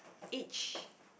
each